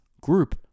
group